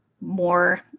more